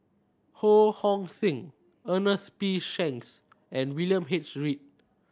Ho Hong Sing Ernest P Shanks and William H Read